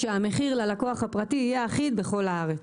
שהמחיר ללקוח הפרטי יהיה אחיד בכל הארץ.